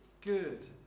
good